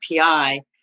API